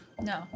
No